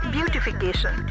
Beautification